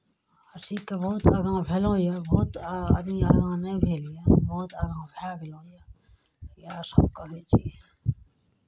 आ सीखि कऽ बहुत आगाँ भेलहुँ यए बहुत आदमी आगाँ नहि भेल यए हम बहुत आगाँ भए गेलहुँ इएह सभ करै छी